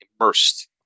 immersed